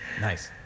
Nice